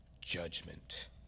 judgment